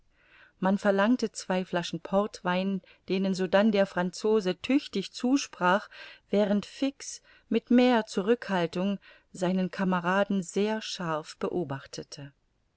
man verlangte zwei flaschen portwein denen sodann der franzose tüchtig zusprach während fix mit mehr zurückhaltung seinen kameraden sehr scharf beobachtete